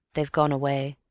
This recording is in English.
they've gone away,